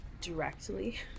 directly